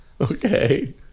Okay